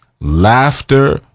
Laughter